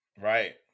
Right